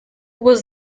was